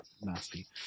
nasty